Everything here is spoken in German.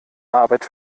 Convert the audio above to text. arbeit